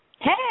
Hey